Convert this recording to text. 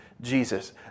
Jesus